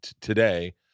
today